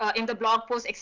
ah in the blog post,